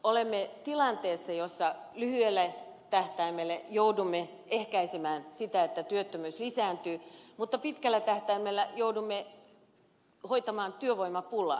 olemme tilanteessa jossa lyhyellä tähtäimellä joudumme ehkäisemään sitä että työttömyys lisääntyy mutta pitkällä tähtäimellä joudumme hoitamaan työvoimapulaa